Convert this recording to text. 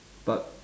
but